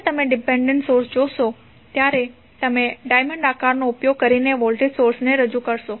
જ્યારે તમે dependent source જોશો ત્યારે તમે ડાયમંડ આકારનો ઉપયોગ કરીને વોલ્ટેજ સોર્સ ને રજૂ કરશો